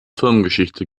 firmengeschichte